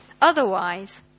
Otherwise